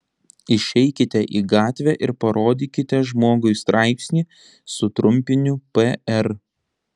išeikite į gatvę ir parodykite žmogui straipsnį su trumpiniu pr